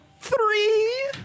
Three